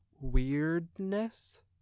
weirdness